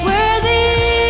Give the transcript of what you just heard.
Worthy